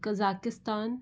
Kazakhstan